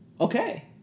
okay